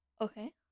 Okay